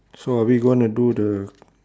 so are we gonna do the